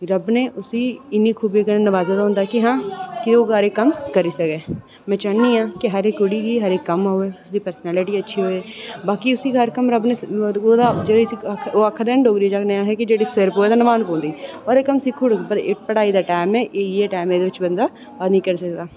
रब ने उसी इन्नी खूबी कन्नै नबाजे दा होंदा कि हां कि ओह् सारे कम करी सके में चाह्न्नी आं हर इक कुड़ी गी हर इक कम आवै उसदी परसैनिलिटी बी अच्छी होऐ बाकी उसी हर कम्म जेहड़ा ओह् आखै दी जेह्ड़ा डोगरी च आखने आं अस कि जेह्ड़ा सिर पवै ते नभानी पौंदी सारे कम्म सिक्खी ओड़ो एह् पढ़ाई दा कम ऐ एह्दे च बंदा पढाई गै करी सकदा